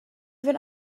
fynd